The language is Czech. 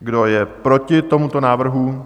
Kdo je proti tomuto návrhu?